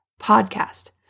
podcast